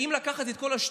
שאם ניקח את כל השטויות,